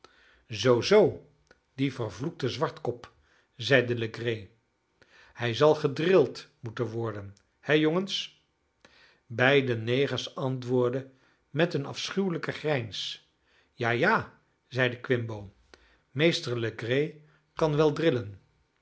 zoo zoo die vervloekte zwartkop zeide legree hij zal gedrild moeten worden he jongens beide negers antwoordden met een afschuwelijke grijns ja ja zeide quimbo meester legree kan wel